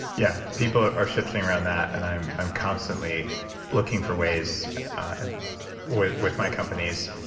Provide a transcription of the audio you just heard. yeah people are are shifting around that and i'm i'm constantly looking for ways and with with my companies,